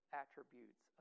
attributes